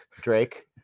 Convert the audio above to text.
Drake